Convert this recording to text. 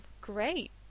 Great